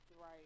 right